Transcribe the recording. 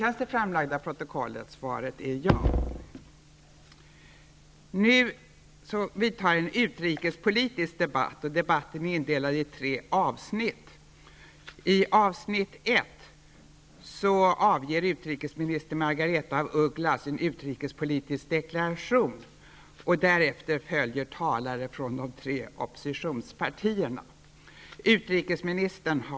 Nu vidtar en utrikespolitisk debatt. Debatten är indelad i tre avsnitt. I avsnitt I avger utrikesminister Margareta af Ugglas en utrikespolitisk deklaration och därefter följer talare från de tre oppositionspartierna.